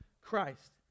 Christ